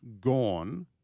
gone